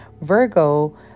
virgo